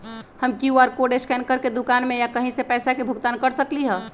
हम QR code scan करके दुकान में या कहीं भी पैसा के भुगतान कर सकली ह?